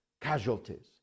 casualties